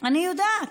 אני יודעת,